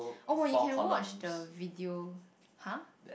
oh you can watch the video !hah!